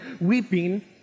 weeping